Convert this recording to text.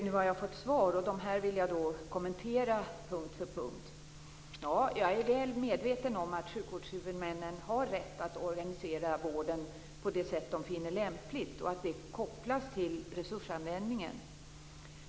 Nu har jag fått svar, och dem vill jag kommentera punkt för punkt. Jag är väl medveten om att sjukvårdshuvudmännen har rätt att organisera vården på det sätt de finner lämpligt och att det kopplas till resursanvändningen.